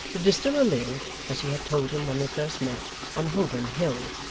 the distiller lived, as he had told him when they first met, on holborn hill,